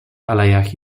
alejach